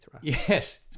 Yes